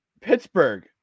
Pittsburgh